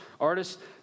artists